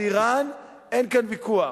על אירן אין כאן ויכוח.